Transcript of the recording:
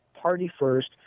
party-first